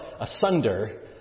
asunder